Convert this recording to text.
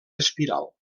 espiral